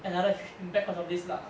another huge impact because of this lah